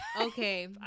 Okay